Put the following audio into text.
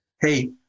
hey